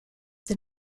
the